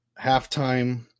halftime